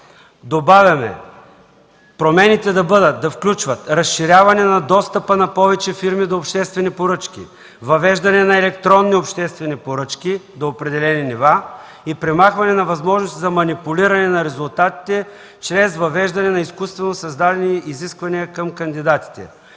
добавяме, промените да включват разширяване на достъпа на повече фирми до обществени поръчки; въвеждане на електронни обществени поръчки до определени нива и премахване на възможностите за манипулиране на резултатите чрез въвеждане на изкуствено създадени изисквания към кандидатите;